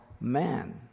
man